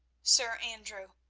sir andrew,